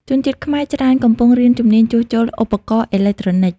ជនជាតិខ្មែរច្រើនកំពុងរៀនជំនាញជួសជុលឧបករណ៍អេឡិចត្រូនិច។